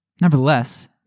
Nevertheless